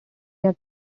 their